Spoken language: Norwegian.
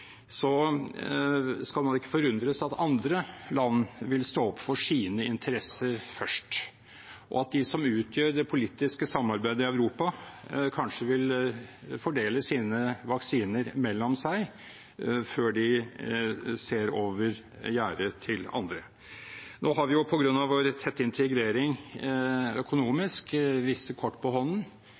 skal man ikke forundres over at andre land vil stå opp for sine interesser først, og at de som utgjør det politiske samarbeidet i Europa, kanskje vil fordele sine vaksiner mellom seg før de ser over gjerdet til andre. Nå har vi jo, på grunn av vår tette integrering økonomisk, visse kort på hånden,